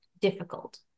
difficult